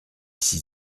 six